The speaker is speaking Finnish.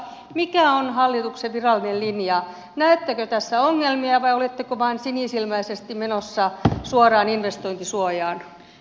mikä on hallituksen virallinen linja näettekö tässä ongelmia vai oletteko vain sinisilmäisesti menossa suoraan investointisuojaan